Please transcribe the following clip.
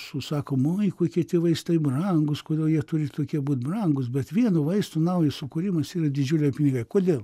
susakom oj kokie tie vaistai brangūs kodėl jie turi tokie būt brangūs bet vieno vaisto naujo sukūrimas yra didžiuliai pinigai kodėl